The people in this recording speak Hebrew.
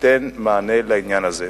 שתיתן מענה לעניין הזה.